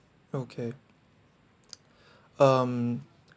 okay um